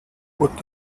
put